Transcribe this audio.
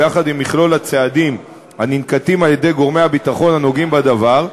ביחד עם מכלול הצעדים הננקטים על-ידי גורמי הביטחון הנוגעים בדבר,